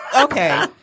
okay